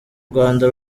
rwanda